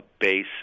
base